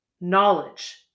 knowledge